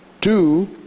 two